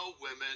women